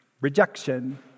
rejection